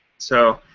so,